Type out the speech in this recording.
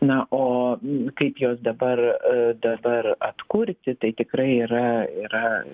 na o kaip juos dabar dabar atkurti tai tikrai yra yra